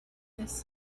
this